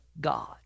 God